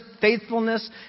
faithfulness